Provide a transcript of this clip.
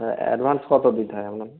advance কত দিতে হবে আপনাকে